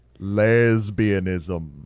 Lesbianism